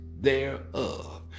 thereof